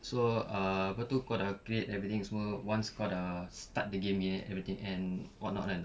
so ah apa tu kau dah create everything semua once kau dah start the game yet and everything and whatnot kan